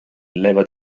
leva